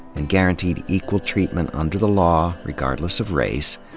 and guaranteed equal treatment under the law, regardless of race.